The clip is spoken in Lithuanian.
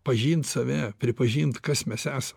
pažint save pripažint kas mes esam